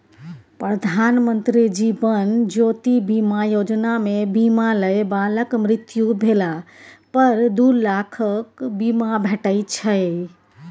प्रधानमंत्री जीबन ज्योति बीमा योजना मे बीमा लय बलाक मृत्यु भेला पर दु लाखक बीमा भेटै छै